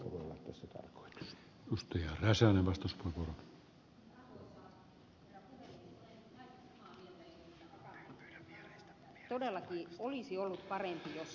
akaan penttilän kanssa että todellakin olisi ollut parempi jos tätä